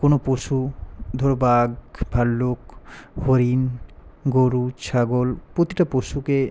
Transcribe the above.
কোনও পশু ধরো বাঘ ভাল্লুক হরিণ গরু ছাগল প্রতিটা পশুকে